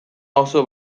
oso